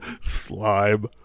Slime